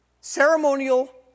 ceremonial